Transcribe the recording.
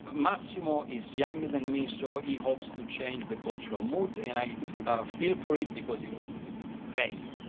massimo is younger than me, so he hopes to change the cultural mood. and i feel for it because you'll fail.